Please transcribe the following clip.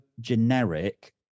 generic